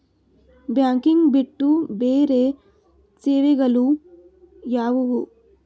Banking ಬಿಟ್ಟು ಬೇರೆ ಸೇವೆಗಳು ಯಾವುವು?